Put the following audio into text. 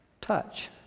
touch